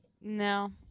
No